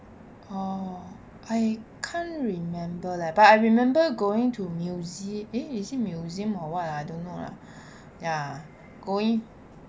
oh I can't remember leh but I remember going to museu~ eh is it museum or what ah I don't know lah ya going